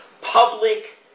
public